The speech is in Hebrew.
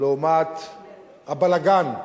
לעומת הבלגן,